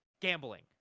gambling